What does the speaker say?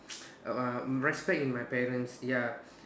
uh respect in my parents ya